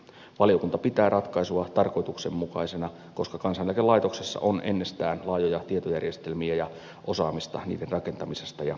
valiokunta pitää ratkaisua tarkoituksenmukaisena koska kansaneläkelaitoksessa on ennestään laajoja tietojärjestelmiä ja osaamista niiden rakentamisesta ja ylläpidosta